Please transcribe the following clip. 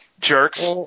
jerks